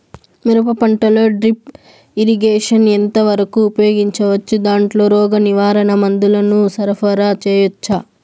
మిరప పంటలో drip irrigation ఎంత వరకు ఉపయోగించవచ్చు, దాంట్లో రోగ నివారణ మందుల ను సరఫరా చేయవచ్చా?